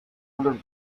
other